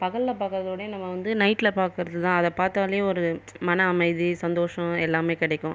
பகலில் பார்க்கறதோடயும் நம்ம வந்து நைட்டில் பார்க்கறதுதா அதை பார்த்தாலே ஒரு மன அமைதி சந்தோஷம் எல்லாமே கிடைக்கும்